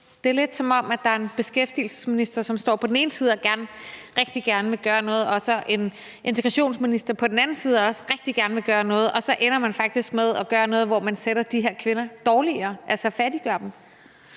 det er lidt, som om der er en beskæftigelsesminister, som står på den ene side og rigtig gerne vil gøre noget, mens der står en integrationsminister på den anden side, der også rigtig gerne vil gøre noget, og så ender man faktisk med at gøre noget, hvor man stiller de her kvinder dårligere, altså fattiggøre dem.